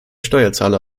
steuerzahler